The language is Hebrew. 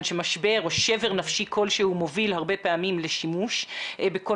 שמשבר או שבר נפשי כלשהו מוביל הרבה פעמים לשימוש בכל